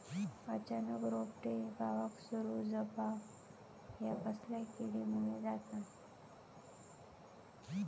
अचानक रोपटे बावाक सुरू जवाप हया कसल्या किडीमुळे जाता?